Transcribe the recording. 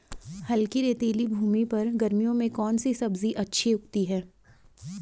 हल्की रेतीली भूमि पर गर्मियों में कौन सी सब्जी अच्छी उगती है?